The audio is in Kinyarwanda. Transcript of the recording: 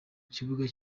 kibuga